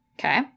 Okay